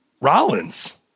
Rollins